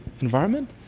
environment